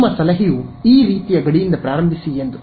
ನಿಮ್ಮ ಸಲಹೆಯು ಈ ರೀತಿಯ ಗಡಿಯಿಂದ ಪ್ರಾರಂಭಿಸಿ ಎಂದು